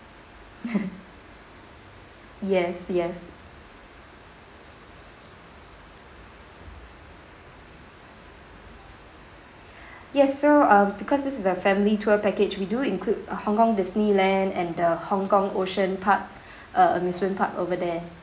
yes yes yes so uh because this is a family tour package we do include uh hong kong disneyland and the hong kong ocean park uh amusement park over there